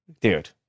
dude